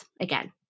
again